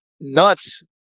Nuts